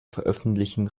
veröffentlichen